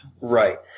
Right